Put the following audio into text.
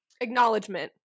acknowledgement